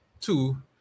two